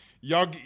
Y'all